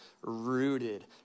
rooted